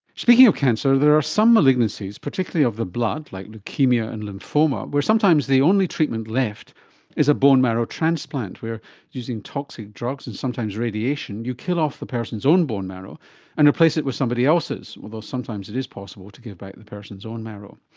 speaking of cancer, there are some malignancies, particularly of the blood, like leukaemia and lymphoma, where sometimes the only treatment left is a bone marrow transplant where using toxic drugs and sometimes radiation you kill off the person's own bone marrow and replace it with somebody else's, although sometimes it is possible to give back the person's own marrow.